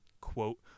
Quote